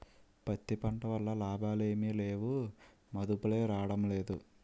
పత్తి పంట వల్ల లాభాలేమి లేవుమదుపులే రాడంలేదు